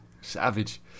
Savage